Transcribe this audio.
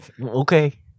Okay